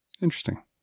Interesting